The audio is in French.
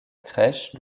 crèche